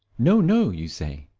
no, no, you say,